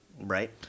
right